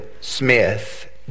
Smith